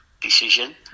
decision